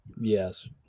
yes